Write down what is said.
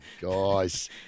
Guys